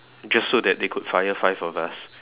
just so that they could fire five of us